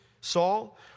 Saul